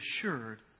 assured